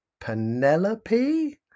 penelope